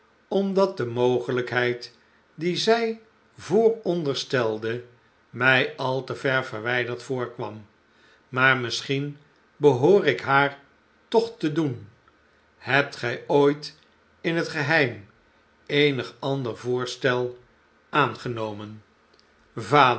orndat de mogelijkheid die zij vooronderstelde mij al te ver verwijderd voorkwam maar misschien behoor ik haar toch te doen hebt gij ooit in het geheim eenig ander voorstel aangenomen